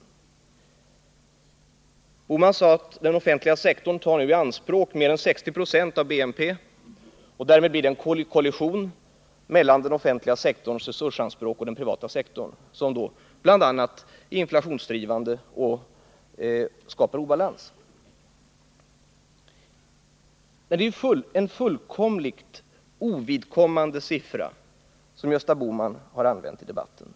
Gösta Bohman sade att den offentliga sektorn nu tar i anspråk mer än 60 26 av BNP och att det därmed blir en kollision mellan den offentliga sektorns resursanspråk och den privata sektorns, vilket har inflationsdrivande effekt och skapar obalans. Det är en fullkomligt ovidkommande siffra som Gösta Bohman har använt i debatten.